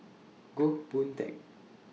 Goh Boon Teck